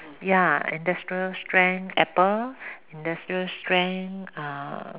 ya industrial strength apple industrial strength uh